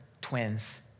twins